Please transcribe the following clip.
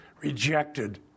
rejected